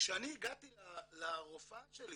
כשאני הגעתי לרופאה שלי